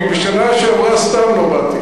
בשנה שעברה סתם לא באתי.